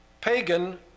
pagan